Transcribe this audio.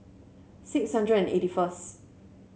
six hundred and eighty first